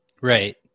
Right